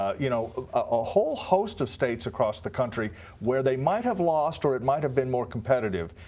ah you know a whole host of states across the country where they might have lost or it might have been more competitive.